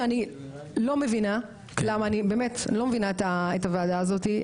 שאני לא מבינה את הוועדה הזאת,